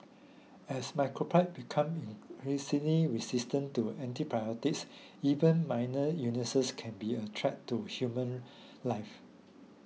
as microbes become increasingly resistant to antibiotics even minor illnesses can be a threat to human life